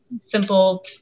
simple